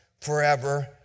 forever